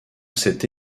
cette